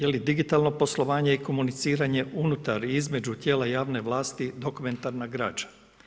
Ili digitalno poslovanje i komuniciranje unutar i između tijela javne vlasti dokumentarna građa?